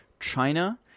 China